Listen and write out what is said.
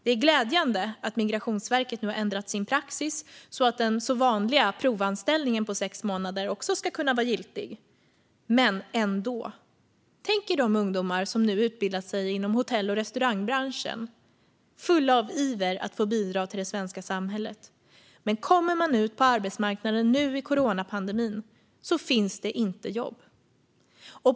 Det är glädjande att Migrationsverket nu ändrat sin praxis, så att den så vanliga provanställningen på sex månader också ska kunna vara giltig. Men ändå! Tänk er de ungdomar som nu utbildat sig inom hotell och restaurangbranschen, fulla av iver att få bidra till det svenska samhället. Kommer man ut på arbetsmarknaden nu i coronapandemin finns det dock inte jobb.